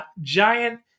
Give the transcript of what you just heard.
Giant